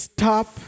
Stop